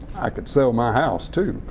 i could sell my house too,